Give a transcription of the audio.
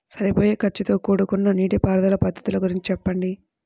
సరిపోయే ఖర్చుతో కూడుకున్న నీటిపారుదల పద్ధతుల గురించి చెప్పండి?